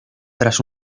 tras